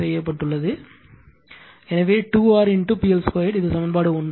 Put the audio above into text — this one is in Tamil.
எனவே 2 R PL 2 இது சமன்பாடு 1